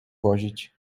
wozić